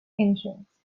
entrants